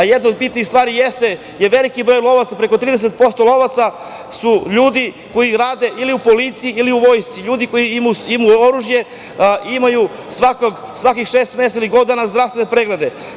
Jedna od bitnih stvari je veliki broj lovaca, preko 30% lovaca su ljudi koji rade u policiji ili u Vojsci, ljudi koji imaju oružje imaju svakih šest meseci zdravstvene preglede.